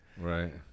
Right